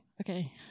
okay